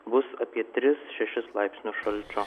bus apie tris šešis laipsnius šalčio